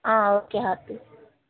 okay Harathi